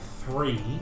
three